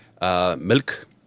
milk